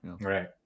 Right